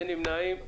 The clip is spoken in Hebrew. אין נמנעים.